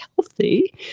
healthy